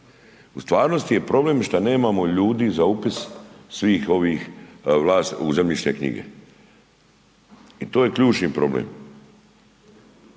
U stvarnosti je problem što nemamo ljudi za upis svih ovih vlast u zemljišne knjige. I to je ključni problem.